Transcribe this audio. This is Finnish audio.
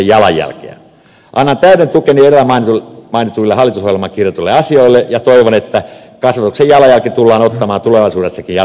annan täyden tukeni edellä mainituille hallitusohjelmaan kirjatuille asioille ja toivon että kasvatuksen jalanjälki tullaan ottamaan tulevaisuudessakin jatkuvasti pöydälle